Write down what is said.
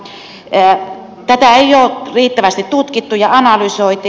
tätä ei ole riittävästi tutkittu ja analysoitu